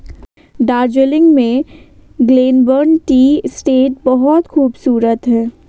दार्जिलिंग में Glenburn tea estate बहुत खूबसूरत है